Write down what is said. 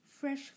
fresh